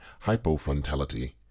hypofrontality